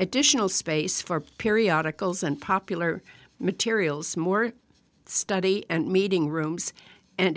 additional space for periodicals and popular materials more study and meeting rooms and